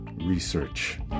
research